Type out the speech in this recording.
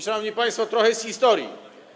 Szanowni państwo, trochę historii.